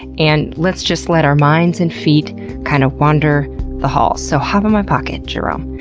and let's just let our minds and feet kind of wander the halls. so, hop in my pocket, jerome,